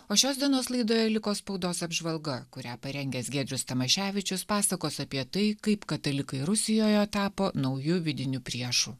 o šios dienos laidoje liko spaudos apžvalga kurią parengęs giedrius tamaševičius pasakos apie tai kaip katalikai rusijoje tapo nauju vidiniu priešu